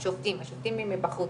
השופטים הם מבחוץ.